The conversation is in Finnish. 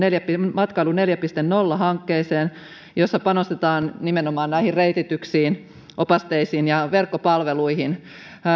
matkailu neljä piste nolla hankkeeseen jossa panostetaan nimenomaan näihin reitityksiin opasteisiin ja verkkopalveluihin